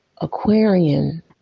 Aquarian